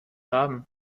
haben